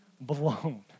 blown